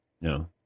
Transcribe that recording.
no